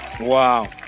Wow